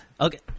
Okay